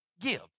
give